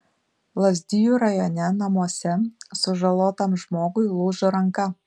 lazdijų rajone namuose sužalotam žmogui lūžo ranka